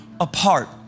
apart